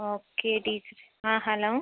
okay teach ആ hello